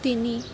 তিনি